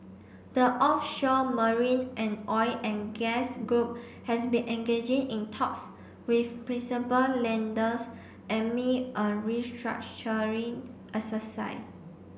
the offshore marine and oil and gas group has been engaging in talks with principal lenders amid a restructuring exercise